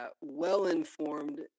well-informed